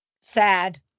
sad